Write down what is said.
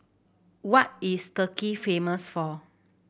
what is Turkey famous for